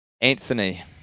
Anthony